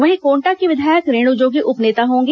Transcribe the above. वहीं कोटा की विधायक रेणु जोगी उप नेता होंगी